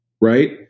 Right